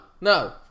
No